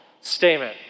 statement